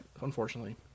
unfortunately